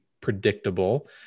predictable